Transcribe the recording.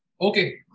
Okay